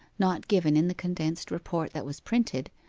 not given in the condensed report that was printed,